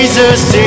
Jesus